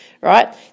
right